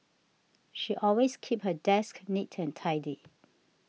she always keeps her desk neat and tidy